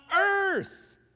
earth